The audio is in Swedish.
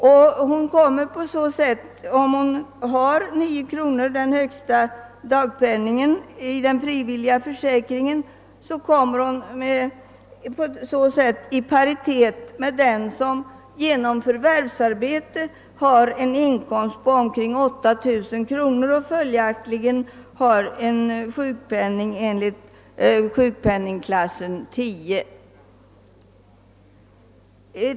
Om hon har högsta dagpenning, 9 kronor, i den frivilliga försäkringen kommer hon på så sätt i paritet med den som genom förvärvsarbete har en inkomst av omkring 8 000 kronor och följaktligen åtnjuter sjukpenning enligt klass 9.